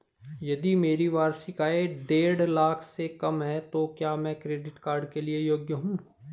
यदि मेरी वार्षिक आय देढ़ लाख से कम है तो क्या मैं क्रेडिट कार्ड के लिए योग्य हूँ?